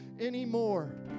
anymore